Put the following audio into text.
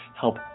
help